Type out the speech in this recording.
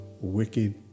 wicked